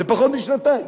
זה פחות משנתיים,